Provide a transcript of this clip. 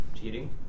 Cheating